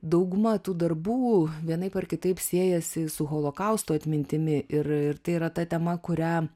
dauguma tų darbų vienaip ar kitaip siejasi su holokausto atmintimi ir ir tai yra ta tema kurią